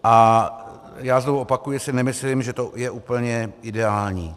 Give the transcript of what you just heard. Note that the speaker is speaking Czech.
A já znovu opakuji, že si nemyslím, že to je úplně ideální.